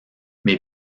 mais